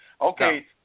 Okay